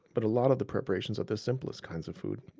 but a lot of the preparations are the simplest kinds of food.